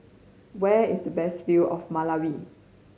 where is the best view of Malawi